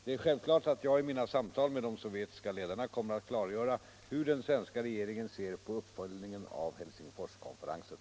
Det är självklart att jag i mina samtal med de sovjetiska ledarna kommer att klargöra hur den svenska regeringen ser på uppföljningen av Helsingforskonferensen.